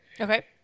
Okay